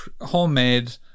homemade